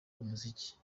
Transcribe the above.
umuziki